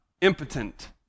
impotent